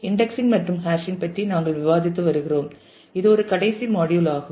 indexing மற்றும் hashing பற்றி நாங்கள் விவாதித்து வருகிறோம் இது ஒரு கடைசி மாடியுல் ஆகும்